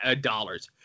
dollars